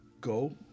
go